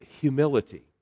humility